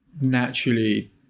naturally